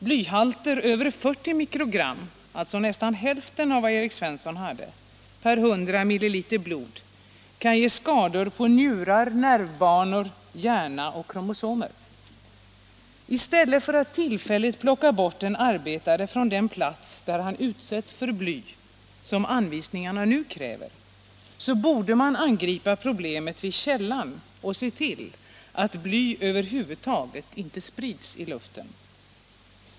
Blyhalter över 40 mikrogram — nästan hälften av vad Erik Svensson hade — per 100 milliliter blod kan ge skador på njurar, nervbanor, hjärna och kromosomer. I stället för att tillfälligt plocka bort en arbetare från den plats där han utsätts för bly — som anvisningarna nu kräver — borde man angripa problemet vid källan och se till att bly över huvud taget inte sprids i luften.